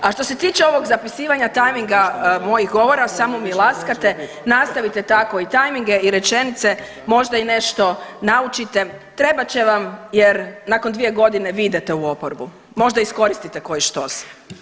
A što se tiče ovog zapisivanja tajminga mojih govora samo mi laskate, nastavite tako i tajminge i rečenice, možda i nešto naučite, trebat će vam jer nakon dvije godine vi idete u oporbu, možda iskoristite koji štos.